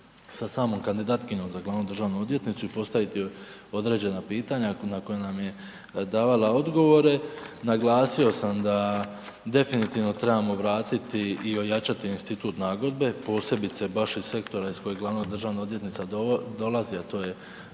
sa samom kandidatkinjom za glavnu državnu odvjetnicu i postaviti joj određena pitanja na koja nam je davala odgovore, naglasio sam da definitivno trebamo vratiti i ojačati institut nagodbe posebice baš iz sektora iz kojeg glavna državna odvjetnica dolazi a to je